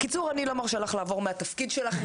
חשוב לי לשמוע את ברית הלביאות.